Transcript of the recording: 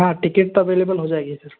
हाँ टिकिट तो अवेलेबल हो जाएगी सर